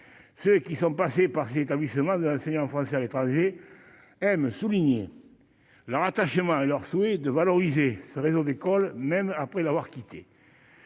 ceux qui sont passés par l'établissement de l'enseignement français à l'étranger, M. souligner leur attachement à leur souhait de valoriser sa raison d'école, même après l'avoir quitté,